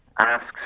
asks